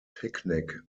picnic